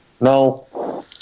No